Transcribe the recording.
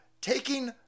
Taking